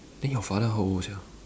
then your father how old sia